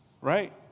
right